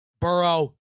Burrow